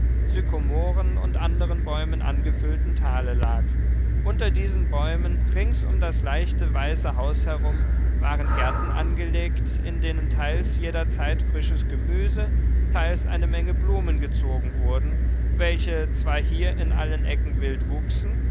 sykomoren und anderen bäumen angefüllten tale lag unter diesen bäumen rings um das leichte weiße haus herum waren gärten angelegt in denen teils jederzeit frisches gemüse teils eine menge blumen gezogen wurden welche zwar hier in allen ecken wild wuchsen